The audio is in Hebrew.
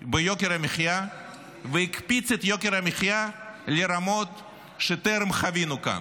ביוקר המחיה והקפיץ את יוקר המחיה לרמות שטרם חווינו כאן,